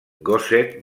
gosset